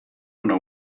know